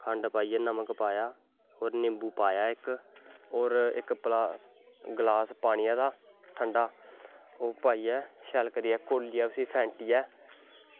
खंड पाइयै नमक पाया होर निम्बू पाया इक होर इक गलास पानियां दा ठंडा ओह् पाइयै शैल करियै पाइयै उस्सी फैंटियै